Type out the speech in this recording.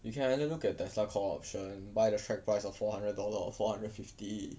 you can either look at Tesla call option buy a flat price of four hundred dollar or four hundred fifty